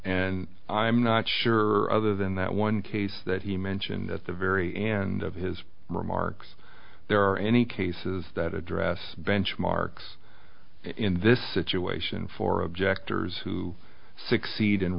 and i'm not sure other than that one case that he mentioned at the very end of his remarks there are any cases that address benchmarks in this situation for objectors who succeed and